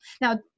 Now